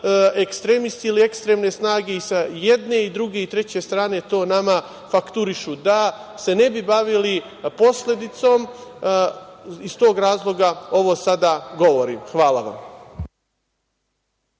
ekstremisti ili ekstremne snage i sa jedne, i druge, i treće strane to nama fakturišu. Da se ne bi bavili posledicom, iz tog razloga ovo sada govorim. Hvala vam.